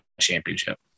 championship